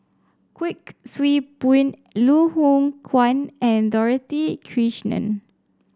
Kuik Swee Boon Loh Hoong Kwan and Dorothy Krishnan